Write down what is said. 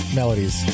melodies